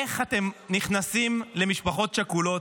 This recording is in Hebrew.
איך אתם נכנסים למשפחות שכולות?